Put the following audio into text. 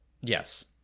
Yes